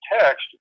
text